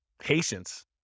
Patience